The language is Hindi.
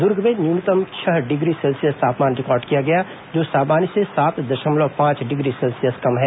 दुर्ग में न्यूनतम छह डिग्री सेल्सियस तापमान रिकॉर्ड किया गया जो सामान्य से सात दशमलव पांच डिग्री सेल्सियस कम है